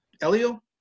Elio